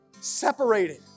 separated